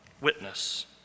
witness